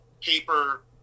paper